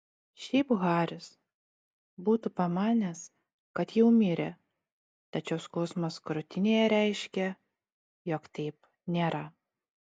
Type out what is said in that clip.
šiaip haris būtų pamanęs kad jau mirė tačiau skausmas krūtinėje reiškė jog taip nėra